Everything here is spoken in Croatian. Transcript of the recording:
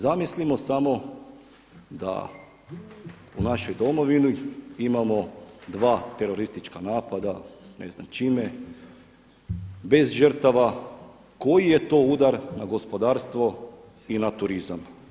Zamislimo samo da u našoj domovini imamo dva teroristička napada, ne znam čime, bez žrtava, koji je to udar na gospodarstvo i na turizam?